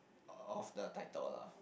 of the title lah